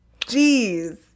Jeez